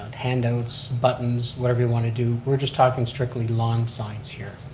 handouts, buttons, wherever you want to do, we're just talking strictly lawn signs here.